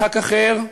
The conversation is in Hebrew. לחבר כנסת אחר,